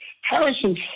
Harrison